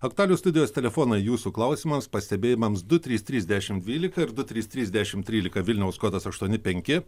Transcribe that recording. aktualijų studijos telefonai jūsų klausimams pastebėjimams du trys trys dešim dvylika ir su trys trys dešimt trylika vilniaus kodas aštuoni penki